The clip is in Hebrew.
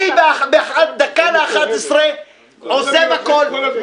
אני קורא אותך לסדר פעם שנייה,